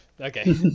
okay